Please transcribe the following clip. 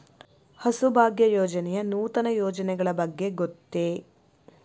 ಹಸುಭಾಗ್ಯ ಯೋಜನೆಯ ನೂತನ ಯೋಜನೆಗಳ ಬಗ್ಗೆ ಗೊತ್ತೇ?